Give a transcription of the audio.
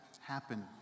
happen